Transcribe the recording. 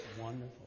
wonderful